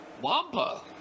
Wampa